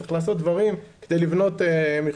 צריך לעשות פה דברים כדי לבנות מכלול.